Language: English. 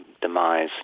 demise